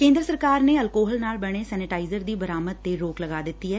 ਕੇਂਦਰ ਸਰਕਾਰ ਨੇ ਅਲਕੋਹਲ ਨਾਲ ਬਣੇ ਸੈਨੇਟਾਇਜ਼ਰ ਦੀ ਬਰਾਮਦ ਤੇ ਰੋਕ ਲਗਾ ਦਿੱਤੀ ਐ